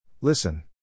Listen